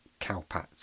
cowpats